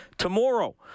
Tomorrow